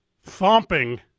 thumping